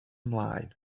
ymlaen